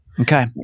Okay